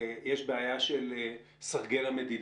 יש בעיה של סרגל המדידה,